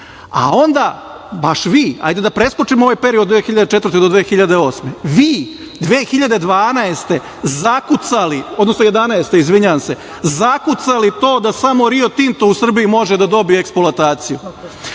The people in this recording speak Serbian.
a onda baš vi, ajde da preskočim ovaj period od 2004. do 2008 godine, vi 2012. godine zakucali, odnosno 2011. godine, izvinjavam se, zakucali to da samo „Rio Tinto“ u Srbiji može da dobije eksploataciju,